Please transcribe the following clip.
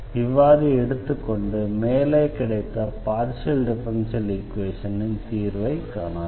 இவ்வாறு எடுத்துக்கொண்டு மேலே கிடைத்த பார்ஷியல் டிஃபரன்ஷியல் ஈக்வேஷனின் தீர்வை காணலாம்